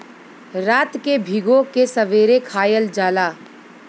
रात के भिगो के सबेरे खायल जाला